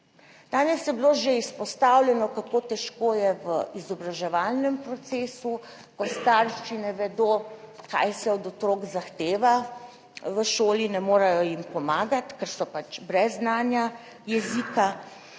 Danes je bilo že izpostavljeno, kako težko je v izobraževalnem procesu, ko starši ne vedo, kaj se od otrok zahteva v šoli, ne morejo jim pomagati, ker so pač brez znanja jezika,